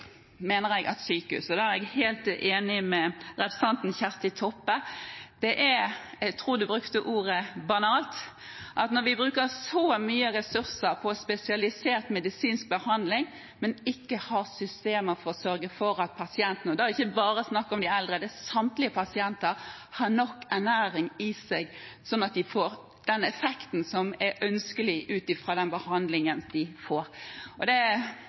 sykehus: Jeg er helt enig med representanten Kjersti Toppe, jeg tror hun brukte ordet «banalt», med hensyn til at vi bruker så mye ressurser på spesialisert medisinsk behandling, men ikke har systemer for å sørge for at pasientene – og da er det ikke bare snakk om de eldre, det er samtlige pasienter – har nok ernæring i seg, sånn at de får den effekten som er ønskelig ut fra den behandlingen de får. Jeg har jo selv vært på sykehus og opplevd det,